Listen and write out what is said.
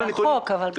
זה החוק אבל בסדר.